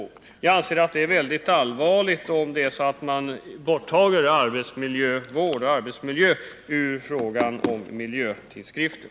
Jag anser att det är mycket allvarligt om man undantar tidskrifter om arbetsmiljövård och arbetsmiljö från miljötidskrifter.